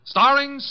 Starring